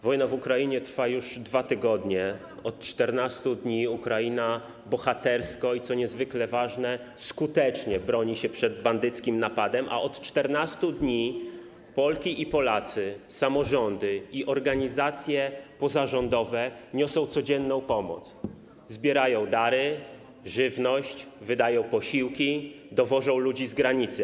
Wojna w Ukrainie trwa już 2 tygodnie, od 14 dni Ukraina bohatersko i - co niezwykle ważne - skutecznie broni się przed bandyckim napadem, a od 14 dni Polki i Polacy, samorządy i organizacje pozarządowe niosą codzienną pomoc, zbierają dary, żywność, wydają posiłki, dowożą ludzi z granicy.